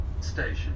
Station